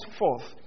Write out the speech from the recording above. forth